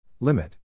Limit